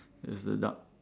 is the duck